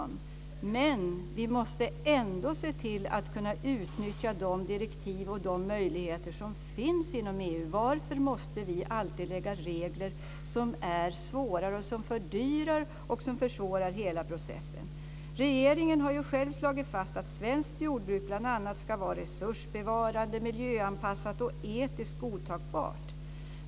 Men, vi måste ändå se till att utnyttja de direktiv och möjligheter som finns inom EU. Varför måste vi alltid ha regler som försvårar och fördyrar hela processen? Regeringen har själv slagit fast att svenskt jordbruk bl.a. ska vara resursbevarande, miljöanpassat och etiskt godtagbart.